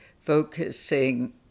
focusing